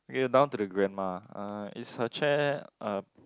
eh down to the grandma uh is her chair uh